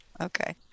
Okay